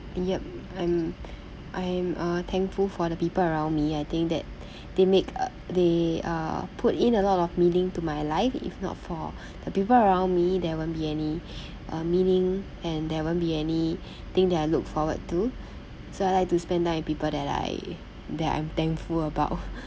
yup I'm I'm uh thankful for the people around me I think that they make a they uh put in a lot of meaning to my life if not for the people around me there won't be any uh meaning and there won't be any thing that I look forward to so I like to spend time with people that I that I'm thankful about